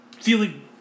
feeling